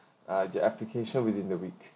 uh the application within the week